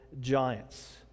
giants